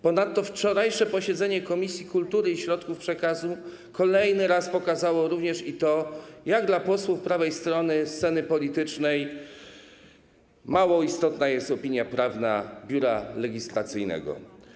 Ponadto wczorajsze posiedzenie Komisji Kultury i Środków Przekazu kolejny raz pokazało również to, jak dla posłów prawej strony sceny politycznej mało istotna jest opinia prawna Biura Legislacyjnego.